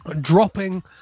dropping